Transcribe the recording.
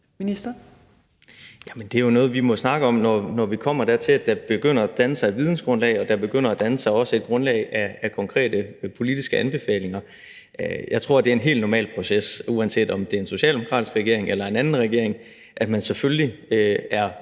det er jo noget, vi må snakke om, når vi kommer dertil, at der begynder at danne sig et vidensgrundlag og der begynder at danne sig også et grundlag af konkrete politiske anbefalinger. Jeg tror, at det er en helt normal proces, uanset om det er en socialdemokratisk regering eller en anden regering, at man selvfølgelig er